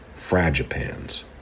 fragipans